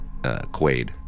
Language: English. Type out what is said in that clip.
Quaid